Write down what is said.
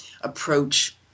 approach